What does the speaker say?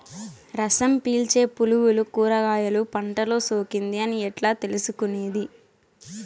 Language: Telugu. రసం పీల్చే పులుగులు కూరగాయలు పంటలో సోకింది అని ఎట్లా తెలుసుకునేది?